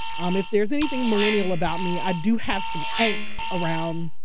um if there's anything millennial about me, i do have some angst around.